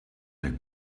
nel